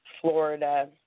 Florida